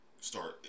start